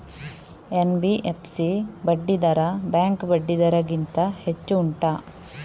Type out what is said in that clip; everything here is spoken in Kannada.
ಎನ್.ಬಿ.ಎಫ್.ಸಿ ಬಡ್ಡಿ ದರ ಬ್ಯಾಂಕ್ ಬಡ್ಡಿ ದರ ಗಿಂತ ಹೆಚ್ಚು ಉಂಟಾ